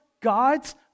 God's